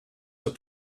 that